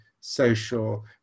social